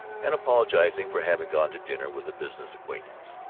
and apologizing for having gone to dinner with a business acquaintance.